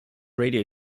radio